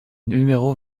numéro